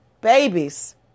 Babies